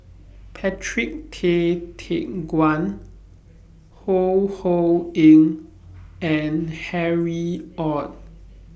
Patrick Tay Teck Guan Ho Ho Ying and Harry ORD